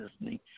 listening